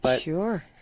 Sure